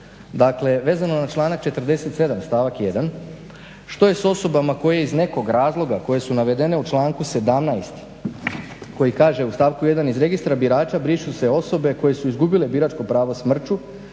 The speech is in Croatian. Dakle, vezano na članak 47.stavak 1., što je s osobama koje iz nekog razloga, koje su navedene u članku 17. koji kaže u stavku 1. :"Iz registra birača brišu se osobe koje su izgubile biračko pravo smrću